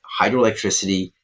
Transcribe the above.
hydroelectricity